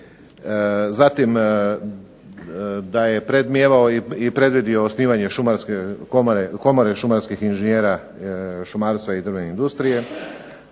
zatim da je predmnijevao i predvidio osnivanje šumarske komore i Komore šumarskih inženjera šumarstva i drvne industrije,